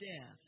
death